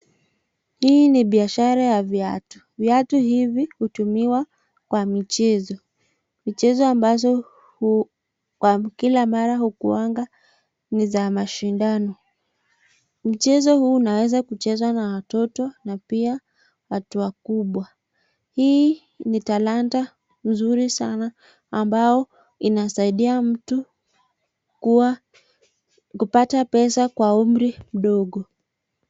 Hii ni biashara ya viatu, viatu hivi hutumiwa kwa michezo, michezo ambazo kila mara hukuanga ni za mashindano. Mchezo huu unaweza kuchezwa na watoto na pia watu wakubwa. Hii ni talanta mzuri sana ambayo inasaida mtu kupata pesa kwa umri mdogo.